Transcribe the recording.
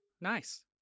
Nice